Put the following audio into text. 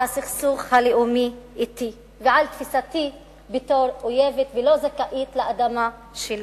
על סכסוך לאומי אתי ועל תפיסתי בתור אויבת ולא זכאית לאדמה שלי.